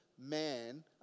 man